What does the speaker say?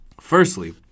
Firstly